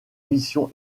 missions